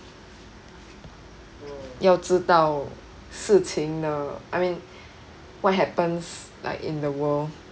要知道事情的 I mean what happens like in the world